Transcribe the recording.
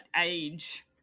age